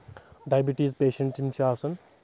diabetes patient یِم چھِ آسان